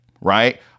right